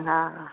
हा हा